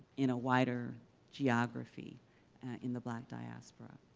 in a wider geography in the black diaspora.